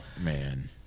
Man